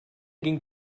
ging